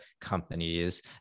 companies